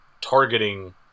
targeting